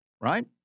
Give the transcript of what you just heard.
Right